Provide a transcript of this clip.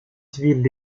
civil